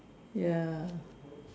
ya